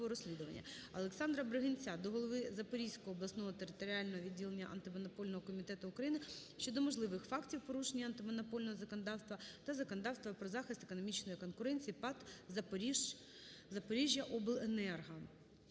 Олександра Бригинця до голови Запорізького обласного територіального відділення Антимонопольного комітету України щодо можливих фактів порушення антимонопольного законодавства та законодавства про захист економічної конкуренції ПАТ "Запоріжжяобленерго".